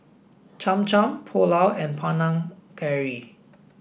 Cham Cham Pulao and Panang Curry